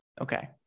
Okay